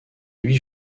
huit